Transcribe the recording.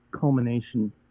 culmination